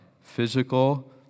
physical